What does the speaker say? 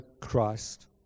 Christ